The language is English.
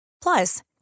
Plus